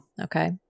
Okay